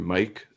Mike